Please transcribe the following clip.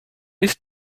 ist